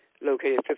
located